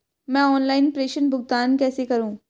मैं ऑनलाइन प्रेषण भुगतान कैसे करूँ?